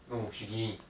no she give me